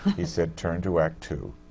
he said, turn to act two.